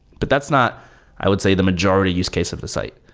but that's not i would say the majority use case of the site.